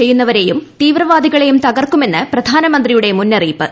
ചെയ്യുന്നവരെയും തീവ്രവാദികളെയും തകർക്കുമെന്ന് പ്രധാനമന്ത്രിയുടെ മുന്നറിയിപ്പ്